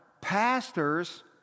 Pastors